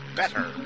better